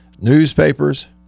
Newspapers